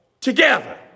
together